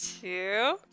two